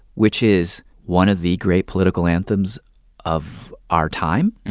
which is one of the great political anthems of our time,